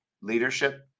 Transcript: leadership